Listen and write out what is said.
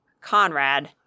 conrad